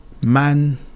man